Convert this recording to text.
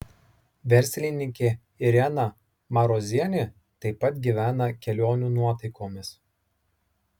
verslininkė irena marozienė taip pat gyvena kelionių nuotaikomis